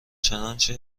چنانچه